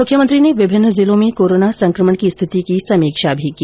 मुख्यमंत्री ने विभिन्न जिलों में कोरोना संकमण की स्थिति की समीक्षा भी की